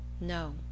No